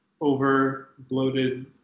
over-bloated